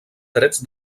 drets